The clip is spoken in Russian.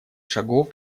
шагов